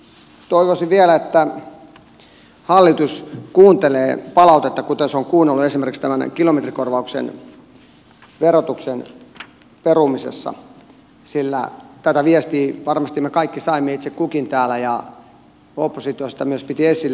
toivoisin vielä että hallitus kuuntelee palautetta kuten se on kuunnellut esimerkiksi tämän kilometrikorvauksen verotuksen perumisessa sillä tätä viestiä varmasti me kaikki saimme itse kukin täällä ja oppositio sitä myös piti esillä